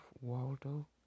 Waldo